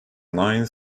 nine